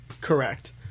Correct